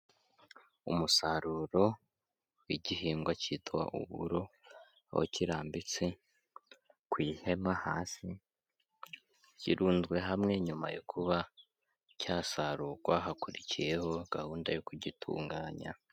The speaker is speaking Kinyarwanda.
Umusaruro w'igihingwa kitwa uburo, aho kirambitse ku ihema hasi, kirunzwe hamwe nyuma yo kuba cyasarurwa hakurikiyeho gahunda yo kugitunganya.